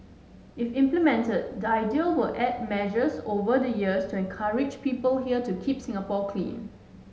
if implemented the idea will add measures over the years to encourage people here to keep Singapore clean